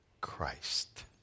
Christ